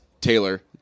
Taylor